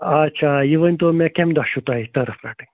آچھا یہِ ؤنۍتو مےٚ کَمہِ دۄہ چھُ تۄہہِ ٹٔرٕف رَٹٕنۍ